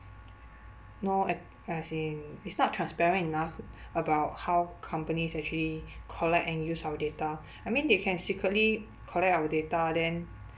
no ac~ as in it's not transparent enough about how companies actually collect and use our data I mean they can secretly collect our data then